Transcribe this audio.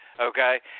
Okay